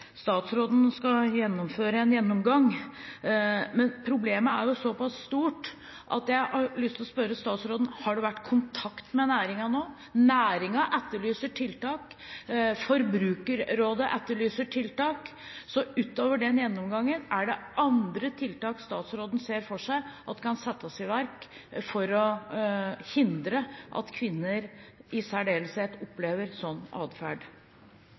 statsråden skal foreta en gjennomgang. Problemet er såpass stort at jeg har lyst til å spørre statsråden: Har det vært kontakt med næringen nå? Næringen etterlyser tiltak, og Forbrukerrådet etterlyser tiltak. Utover den gjennomgangen: Er det andre tiltak statsråden ser for seg at kan settes i verk for å hindre at særlig kvinner opplever sånn